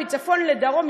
מצפון לדרום,